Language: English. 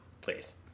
Please